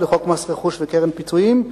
לחוק מס רכוש וקרן פיצויים.